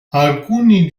alcuni